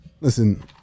listen